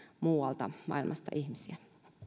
muualta maailmasta ihmisiä